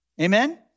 Amen